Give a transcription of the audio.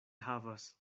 havas